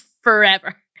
forever